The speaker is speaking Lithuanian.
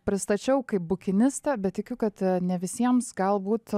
pristačiau kaip bukinistą bet tikiu kad ne visiems galbūt